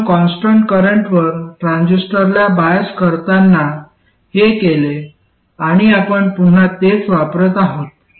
आपण कॉन्स्टन्ट करंटवर ट्रान्झिस्टरला बायस करताना हे केले आणि आपण पुन्हा तेच वापरत आहोत